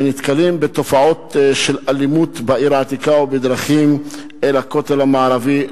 ונתקלים בתופעות של אלימות בעיר העתיקה ובדרכים אל הכותל המערבי,